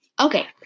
Okay